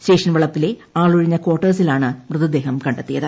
station വളപ്പിലെ ആളൊഴിഞ്ഞ കാർട്ടേഴ്സിലാണ് മൃതദേഹം കണ്ടെത്തിയത്